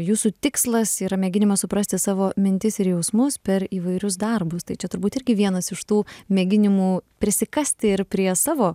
jūsų tikslas yra mėginimas suprasti savo mintis ir jausmus per įvairius darbus tai čia turbūt irgi vienas iš tų mėginimų prisikasti ir prie savo